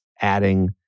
adding